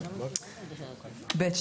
(ב2)